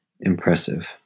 impressive